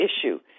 issue